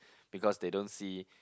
because they don't see